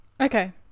Okay